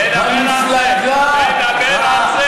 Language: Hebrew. חבר הכנסת מאיר כהן, גם אתם, המפלגה, תדבר על זה.